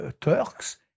Turks